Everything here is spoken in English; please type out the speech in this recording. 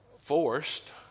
forced